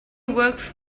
works